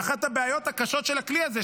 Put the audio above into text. ואחת הבעיות הקשות של הכלי הזה,